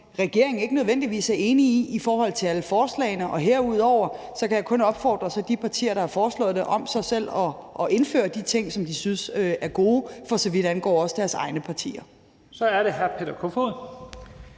regeringen ikke nødvendigvis er enig i, altså i forhold til alle forslagene. Og herudover kan jeg kun opfordre de partier, der har foreslået det, til selv at indføre de ting, som de synes er gode, altså for så vidt også angår deres egne partier. Kl. 15:15 Første